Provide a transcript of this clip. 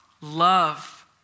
Love